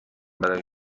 برای